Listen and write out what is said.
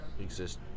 exist